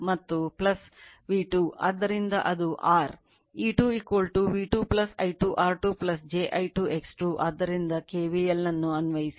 ಆದ್ದರಿಂದ KVL ಅನ್ನು ಅನ್ವಯಿಸಿ